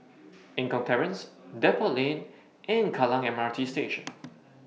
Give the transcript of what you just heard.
Eng Kong Terrace Depot Lane and Kallang M R T Station